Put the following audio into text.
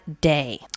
day